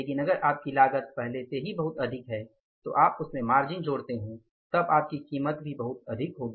लेकिन अगर आपकी लागत पहले से ही बहुत अधिक है तो आप उस में मार्जिन जोड़ते हैं तब आपकी कीमत भी बहुत अधिक होगी